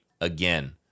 again